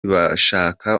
bashaka